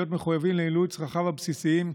להיות מחויבים למילוי צרכיו הבסיסיים,